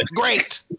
great